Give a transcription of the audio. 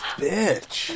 bitch